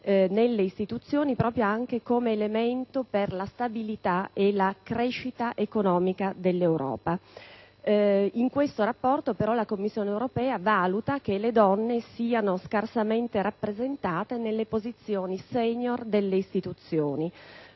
nelle istituzioni come elemento per garantire la stabilità e la crescita economica dell'Europa. In questo rapporto, però, la Commissione europea ritiene che le donne siano scarsamente rappresentate nelle posizioni *senior* delle istituzioni.